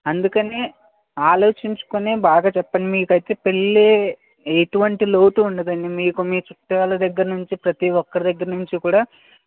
అందుకని ఆలోచించుకుని బాగా చెప్పండి మీకైతే పెళ్ళి ఎటువంటి లోటు ఉండదండి మీకు మీ చుట్టాల దగ్గరనుంచి ప్రతి ఒక్కరి దగ్గరనుంచి కూడా